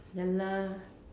ya lah